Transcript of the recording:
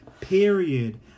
period